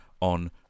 on